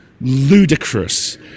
ludicrous